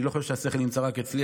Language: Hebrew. אני לא חושב שהשכל נמצא רק אצלי,